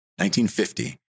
1950